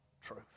truth